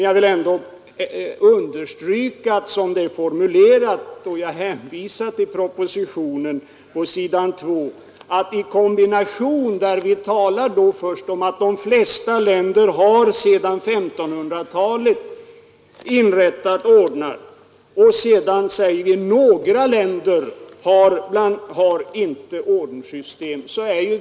Jag vill ändå understryka vad som sägs i propositionen, nämligen att de flesta länder alltsedan 1500-talet har inrättat ordnar men att några länder inte har ordenssystem.